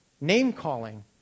name-calling